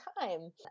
time